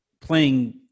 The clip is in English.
playing